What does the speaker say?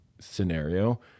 scenario